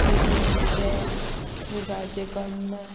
मेतयांची पेज मुगाचें कण्ण